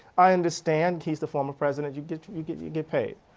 i understand he is the former president. you get you get you get paid.